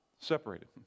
separated